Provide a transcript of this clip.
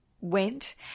went